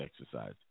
exercise